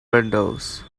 windows